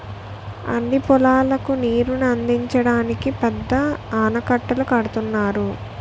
అన్ని పొలాలకు నీరుని అందించడానికి పెద్ద ఆనకట్టలు కడుతున్నారు